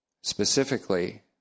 Specifically